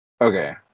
Okay